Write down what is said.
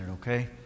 Okay